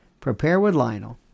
preparewithlionel